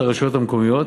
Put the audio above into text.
אין ויכוח,